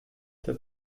der